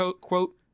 quote